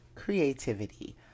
creativity